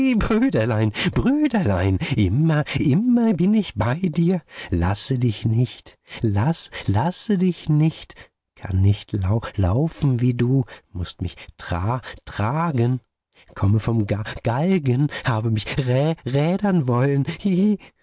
brüderlein brüderlein immer immer bin ich bei dir lasse dich nicht lasse dich nicht kann nicht lau laufen wie du mußt mich tra tragen komme vom ga galgen haben mich rä rädern wollen